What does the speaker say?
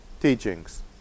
teachings